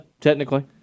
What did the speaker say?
technically